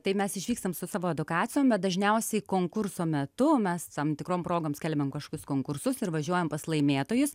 tai mes išvykstam su savo edukacijom bet dažniausiai konkurso metu mes tam tikrom progom skelbiam kažkokius konkursus ir važiuojam pas laimėtojus